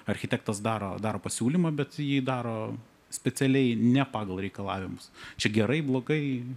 architektas daro daro pasiūlymą bet jį daro specialiai ne pagal reikalavimus čia gerai blogai